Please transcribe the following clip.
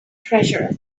treasure